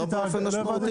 לא באופן משמעותי.